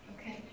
Okay